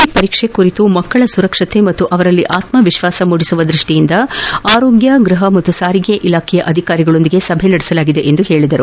C ಪರೀಕ್ಷೆ ಕುರಿತು ಮಕ್ಕಳ ಸುರಕ್ಷತೆ ಹಾಗೂ ಅವರಲ್ಲಿ ಆತ್ಸವಿಶ್ವಾಸ ಮೂಡಿಸುವ ದೃಷ್ಟಿಯಿಂದ ಆರೋಗ್ಯ ಗೃಹ ಹಾಗೂ ಸಾರಿಗೆ ಇಲಾಖೆ ಅಧಿಕಾರಿಗಳೊಂದಿಗೆ ಸಭೆ ನಡೆಸಲಾಗಿದೆ ಎಂದು ಹೇಳಿದರು